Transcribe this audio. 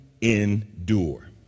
endure